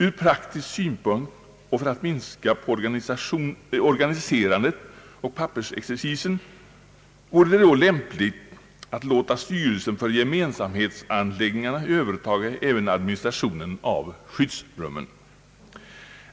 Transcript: Ur praktisk synpunkt och för att minska organiserandet och pappersexercisen vore det lämpligt att låta styrelserna för gemensamhetsanläggningarna övertaga även administrationen av skyddsrummen.